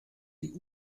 die